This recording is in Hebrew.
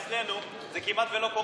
אצלנו זה כמעט לא קורה,